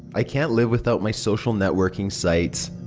i can't live without my social networking sites.